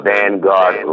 Vanguard